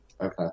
Okay